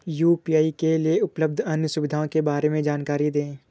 UPI के लिए उपलब्ध अन्य सुविधाओं के बारे में जानकारी दें?